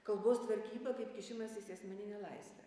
kalbos tvarkyba kaip kišimasis į asmeninę laisvę